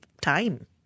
time